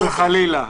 חס וחלילה.